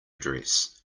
dress